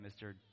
Mr